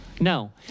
no